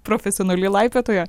profesionali laipiotoja